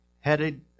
headed